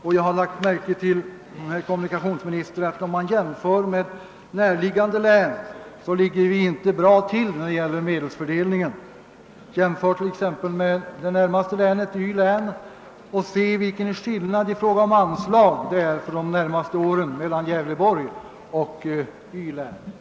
En jämförelse med närliggande län visar att Gävleborgs län inte ligger bra till i fråga om medelstilldelningen. Jämför t.ex. Västernorrlands län — det närmaste länet — och se vilken skillnad i fråga om anslag som det är för de närmaste åren mellan Gävleborgs län och Västernorrlands län!